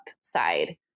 side